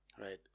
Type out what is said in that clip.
Right